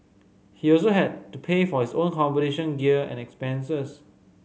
he also had to pay for his own competition gear and expenses